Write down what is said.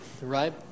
right